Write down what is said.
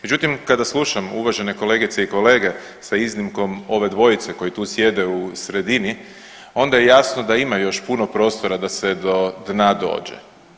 Međutim, kada slušam uvažene kolegice i kolege, sa iznimkom ove dvojice koji tu sjede u sredini, onda je jasno da ima još puno prostora da se do dna dođe.